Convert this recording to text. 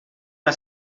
una